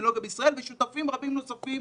ואפידמיולוגיה בישראל ושותפים רבים נוספים,